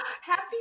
happy